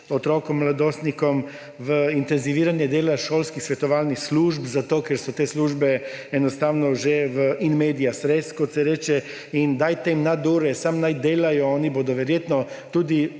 otrokom, mladostnikom, v intenziviranje dela šolskih svetovalnih služb, zato ker so te službe enostavno že v in media res, kot se reče. Dajte jim nadure, samo naj delajo, oni bodo verjetno tudi